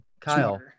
Kyle